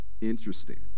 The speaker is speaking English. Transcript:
interesting